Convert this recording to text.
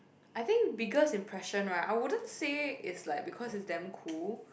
I think biggest impression right I wouldn't say it's like because it's damn cool